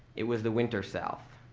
it was the winter south.